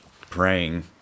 praying